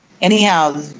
anyhow